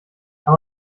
kann